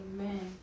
Amen